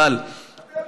אבל,